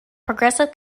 progressive